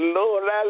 Lord